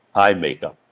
eye makeup.